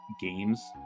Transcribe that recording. games